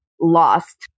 Lost